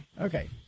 Okay